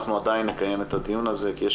אנחנו עדיין נקיים את הדיון הזה כי יש